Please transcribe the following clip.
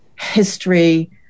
history